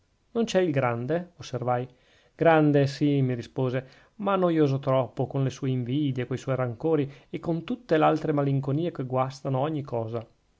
non c'è il grande osservai grande sì mi rispose ma noioso troppo con le sue invidie co suoi rancori e con tutte l'altre malinconie che guastano ogni cosa